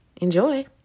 Enjoy